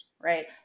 Right